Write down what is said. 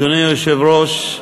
אדוני היושב-ראש,